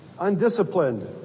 undisciplined